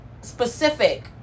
specific